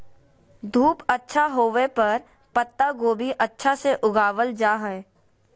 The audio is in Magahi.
धूप अच्छा होवय पर पत्ता गोभी अच्छा से उगावल जा हय